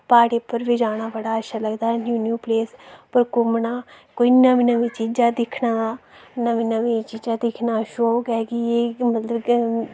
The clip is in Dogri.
प्हाड़ें उप्पर बी जाना न्यू न्यू प्लेस उप्पर घुम्मना कोई नमीं नमीं चीजां दिक्खने दा नमीं नमीं चीजां दिक्खने दा शोक ऐ कि एह् मतलब के